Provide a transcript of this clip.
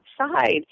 outside